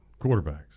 Quarterbacks